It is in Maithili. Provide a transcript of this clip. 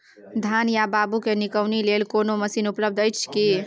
धान या बाबू के निकौनी लेल कोनो मसीन उपलब्ध अछि की?